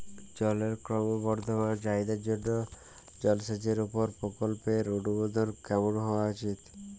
জলের ক্রমবর্ধমান চাহিদার জন্য জলসেচের উপর প্রকল্পের অনুমোদন কেমন হওয়া উচিৎ?